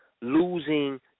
losing